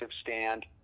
stand